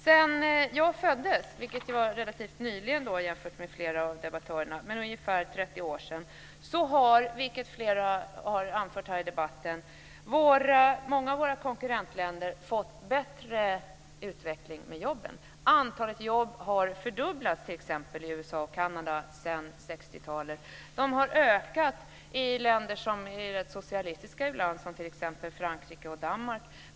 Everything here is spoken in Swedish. Sedan jag föddes, vilket var relativt nyligen jämfört med flera av debattörerna, dvs. ungefär 30 år sedan, har många av våra konkurrentländer fått bättre utveckling av jobben, som många har anfört här. Antalet jobb har fördubblats i USA och Kanada t.ex. sedan 1960-talet. Det har ökat i länder som är rätt socialistiska ibland, som t.ex. Frankrike och Danmark.